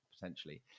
potentially